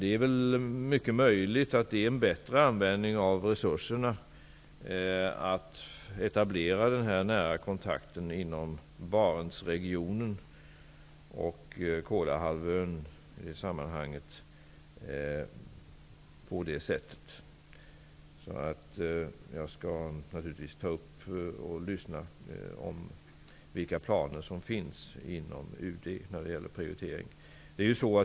Det är mycket möjligt att det är en bättre användning av resurserna för att etablera den nära kontakten inom Barentsregionen och Kolahalvön att göra på det sättet. Jag skall naturligtvis höra efter vilka planer som finns inom UD när det gäller prioritering.